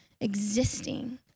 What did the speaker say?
existing